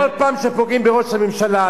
כל פעם שפוגעים בראש הממשלה,